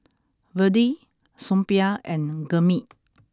Vedre Suppiah and Gurmeet